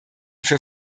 für